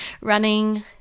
running